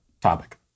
topic